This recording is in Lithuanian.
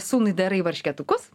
sūnui darai varškėtukus